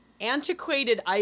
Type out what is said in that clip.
antiquated